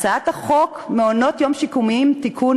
הצעת חוק מעונות-יום שיקומיים (תיקון,